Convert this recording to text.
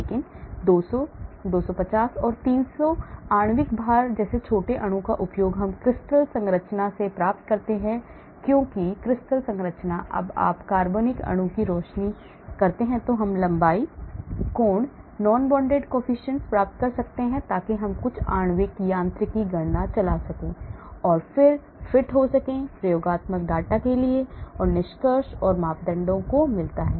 लेकिन 200 250 300 आणविक भार जैसे छोटे अणु का उपयोग हम क्रिस्टल संरचना से प्राप्त करते हैं क्योंकि क्रिस्टल संरचनाएं जब आप कार्बनिक अणु को रोशन करते हैं तो हम लंबाई कोण non bonded coefficients प्राप्त कर सकते हैं ताकि हम कुछ आणविक यांत्रिकी गणना चला सकें और फिर फिट हो सकें प्रयोगात्मक डेटा के लिए निष्कर्ष और मापदंडों मिलता है